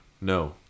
No